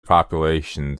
population